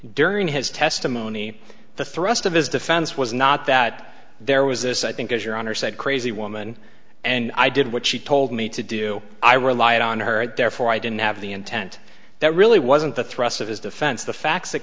during his testimony the thrust of his defense was not that there was this i think as your honor said crazy woman and i did what she told me to do i relied on her and therefore i didn't have the intent that really wasn't the thrust of his defense the facts that